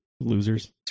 Losers